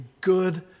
good